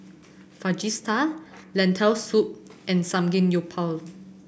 Fajitas Lentil Soup and Samgeyopsal